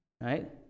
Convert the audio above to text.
right